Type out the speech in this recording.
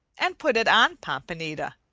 and put it on pompanita.